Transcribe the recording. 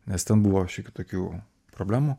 nes ten buvo šiokių tokių problemų